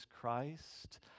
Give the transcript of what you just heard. Christ